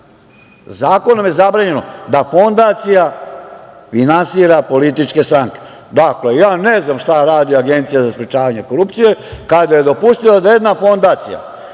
zakonom je zabranjeno da fondacija finansira političke stranke. Dakle, ja ne znam šta radi Agencija za sprečavanje korupcije kada je dopustila da jedna fondacija